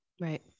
Right